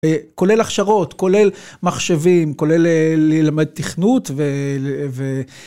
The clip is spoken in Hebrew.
כולל הכשרות, כולל מחשבים, כולל ללמד תכנות ו...